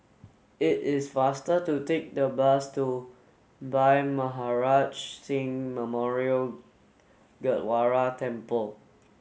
it is faster to take the bus to Bhai Maharaj Singh Memorial Gurdwara Temple